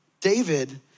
David